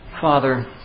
Father